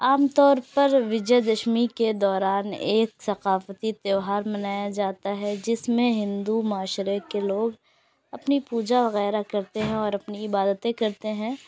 عام طور پر وجے دشمی کے دوران ایک ثقافتی تہوار منایا جاتا ہے جس میں ہندو معاشرے کے لوگ اپنی پوجا وغیرہ کرتے ہیں اور اپنی عبادتیں کرتے ہیں